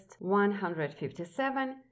157